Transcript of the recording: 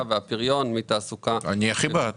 והפריון מתעסוקה --- אני הכי בעד.